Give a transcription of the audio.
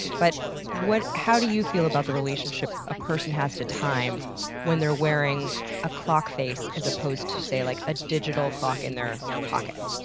but how do you feel about the relationship a person has to time when they're wearing a clock face as opposed to, say, like a digital clock in their pocket?